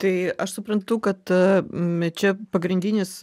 tai aš suprantu kad m čia pagrindinis